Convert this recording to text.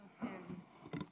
בדיוק מה שרציתי להגיד.